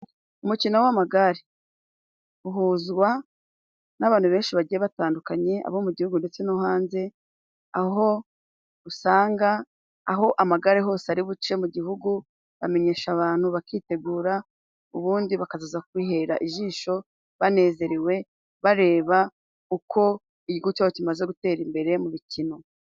Umukino w'amagare uhuzwa n'abantu benshi bagiye batandukanye, abo mu gihugu ndetse no hanze, aho usanga aho amagare hose ari buce mu gihugu bamenyesha abantu bakitegura, ubundi bakaza kwihera ijisho banezerewe, bareba uko igihugu cya bo kimaze gutera imbere mu mikino